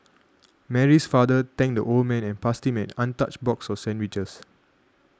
Mary's father thanked the old man and passed him an untouched box of sandwiches